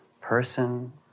person